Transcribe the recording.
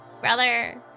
Brother